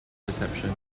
perception